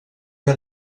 una